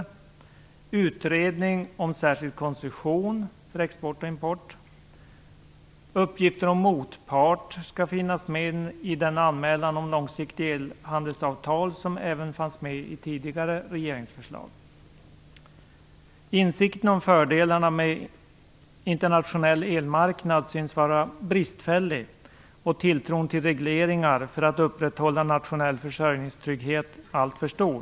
Det skall göras en utredning om särskild koncession för export och import. Uppgifter om motpart skall finnas med i den anmälan om långsiktig elhandelsavtal som även fanns med i tidigare regeringsförslag. Insikten om fördelarna med en internationell elmarknad syns vara bristfällig och tilltron till regleringar för att upprätthålla nationell försörjningstrygghet alltför stor.